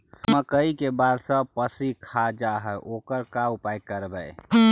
मकइ के बाल सब पशी खा जा है ओकर का उपाय करबै?